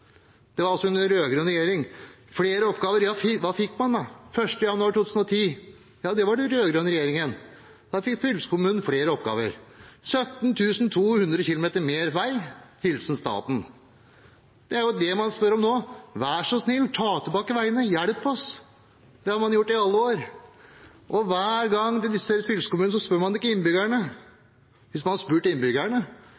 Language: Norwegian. Det var altså under rød-grønn regjering. Flere oppgaver – hva fikk man? Den 1. januar 2010, under den rød-grønne regjeringen, fikk fylkeskommunen flere oppgaver: 17 200 km mer vei, hilsen staten. Det er jo det man spør om nå: Vær så snill, ta tilbake veiene, hjelp oss. Det har man gjort i alle år, og hver gang man diskuterer fylkeskommunen, spør man ikke innbyggerne.